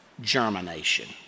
germination